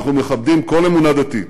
אנחנו מכבדים כל אמונה דתית